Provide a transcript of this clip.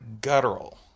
Guttural